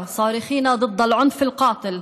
כל זה הוא תוצאה של החלטה פוליטית.